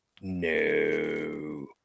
no